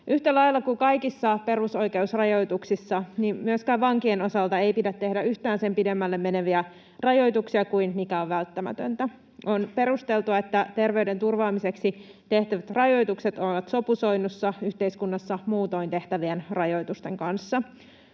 Yhtä lailla kuin kaikissa perusoikeusrajoituksissa myöskään vankien osalta ei pidä tehdä yhtään sen pidemmälle meneviä rajoituksia kuin mikä on välttämätöntä. On perusteltua, että terveyden turvaamiseksi tehtävät rajoitukset ovat sopusoinnussa yhteiskunnassa muutoin tehtävien rajoitusten kanssa.